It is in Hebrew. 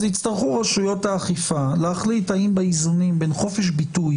אז יצטרכו רשויות האכיפה להחליט האם באיזונים בין חופש ביטוי,